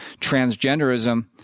transgenderism